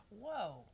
whoa